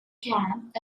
camp